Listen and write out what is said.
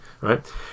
Right